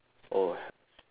oh